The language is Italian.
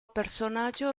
personaggio